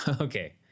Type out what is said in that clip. Okay